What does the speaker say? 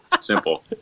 Simple